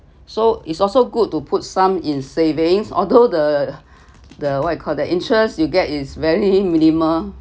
so it's also good to put some in savings although the the what you call that interest you get is very minimal